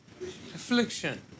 affliction